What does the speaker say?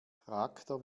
charakter